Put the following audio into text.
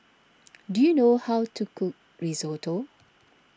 do you know how to cook Risotto